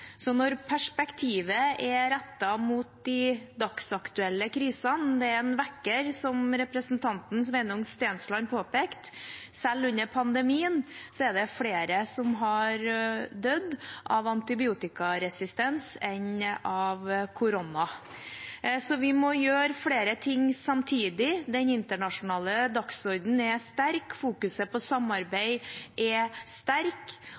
Når perspektivet er rettet mot de dagsaktuelle krisene, er det en vekker – som representanten Sveinung Stensland påpekte – at selv under pandemien er det flere som har dødd av antibiotikaresistens enn av korona. Vi må gjøre flere ting samtidig. Den internasjonale dagsordenen er sterk, fokuset på